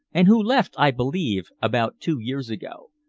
and who left, i believe, about two years ago.